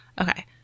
Okay